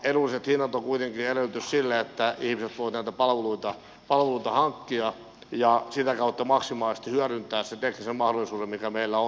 edulliset hinnat ovat kuitenkin edellytys sille että ihmiset voivat näitä palveluita hankkia ja sitä kautta maksimaalisesti hyödyntää sen teknisen mahdollisuuden mikä meillä on